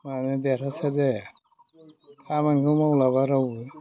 मानो देरहासार जाया खामानिखौ मावलाबा रावबो